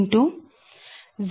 2916 0